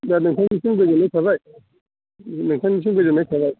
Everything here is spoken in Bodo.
दा नोंथांनिसिम गोजोननाय थाबाय नोंथानिसिम गोजोननाय थाबाय